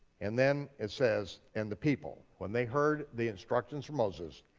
and then it says, and the people, when they heard the instructions from moses,